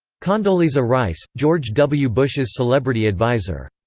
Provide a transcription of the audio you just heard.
condoleezza rice george w. bush's celebrity adviser.